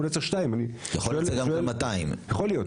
אולי צריך 2. יכול להיות גם כן 200. יכול להיות.